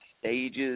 stages